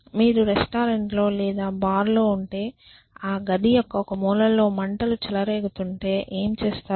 మీరు రెస్టారెంట్ లేదా బార్లో ఉంటే ఆ గది యొక్క ఒక మూలలో మంటలు చెలరేగుతుంటే మీరు ఏమి చేస్తారు